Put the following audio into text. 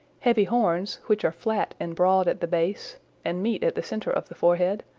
heavy horns which are flat and broad at the base and meet at the center of the forehead,